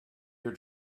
your